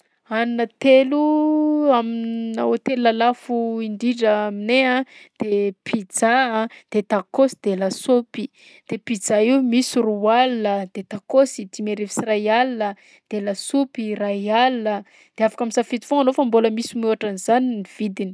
Hanina telo aminà hôtela lafo indrindra aminay a: de pizza de tacos de lasopy. De pizza io misy roa alina, de tacos dimy arivo sy iray alina, de lasopy iray alina de afaka misafidy foagna anao fa mbôla misy mihoatra an'zany ny vidiny.